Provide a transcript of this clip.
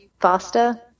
faster